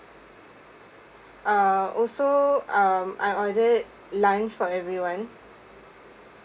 uh also um I ordered lunch for everyone